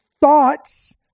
thoughts